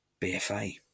BFA